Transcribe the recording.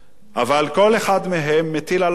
אבל כל אחד מהם מטיל על האחרים.